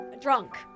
Drunk